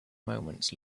moments